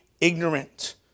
ignorant